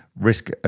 risk